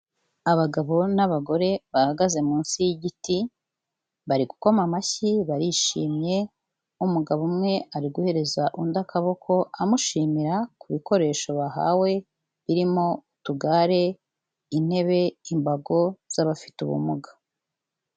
Abagabo n'abagore bahagaze munsi y'igiti, bari gukoma amashyi, barishimye, umugabo umwe ari guhereza undi akaboko amushimira ku bikoresho bahawe birimo: utugare, intebe, imbago z'abafite ubumuga.